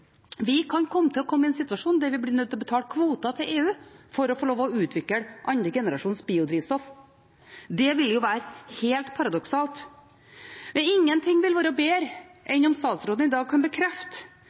Vi kan komme i en situasjon der vi blir nødt til å betale kvoter til EU for å få lov til å utvikle andre generasjons biodrivstoff. Det ville være helt paradoksalt. Ingen ting ville være bedre